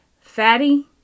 fatty